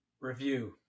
Review